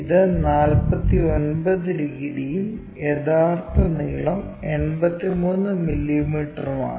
ഇത് 49 ഡിഗ്രിയും യഥാർത്ഥ നീളം 83 മില്ലീമീറ്ററുമാണ്